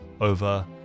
over